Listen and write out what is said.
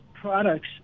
products